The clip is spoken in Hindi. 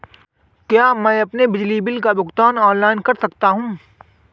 क्या मैं अपने बिजली बिल का भुगतान ऑनलाइन कर सकता हूँ?